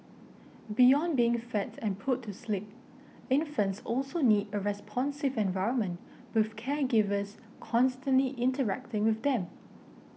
beyond being fed and put to sleep infants also need a responsive environment with caregivers constantly interacting with them